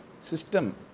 system